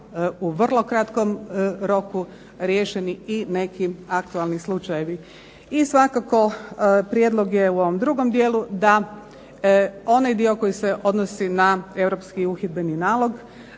u vrlo kratkom roku riješeni i neki aktualni slučajevi. I svakako prijedlog je u ovom drugom dijelu da onaj dio koji se odnosi na europski uhidbeni nalog